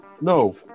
no